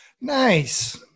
Nice